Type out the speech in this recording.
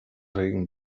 regen